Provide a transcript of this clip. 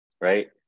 right